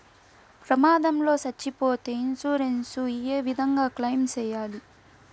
ప్రమాదం లో సచ్చిపోతే ఇన్సూరెన్సు ఏ విధంగా క్లెయిమ్ సేయాలి?